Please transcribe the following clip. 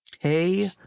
Hey